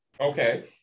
Okay